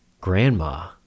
grandma